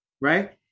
Right